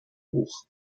hoch